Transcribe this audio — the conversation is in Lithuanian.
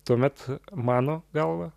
tuomet mano galva